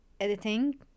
editing